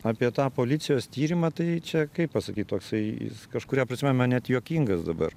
apie tą policijos tyrimą tai čia kaip pasakyt toksai kažkuria prasme man net juokingas dabar